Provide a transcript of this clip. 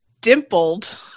dimpled